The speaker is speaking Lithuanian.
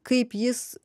kaip jis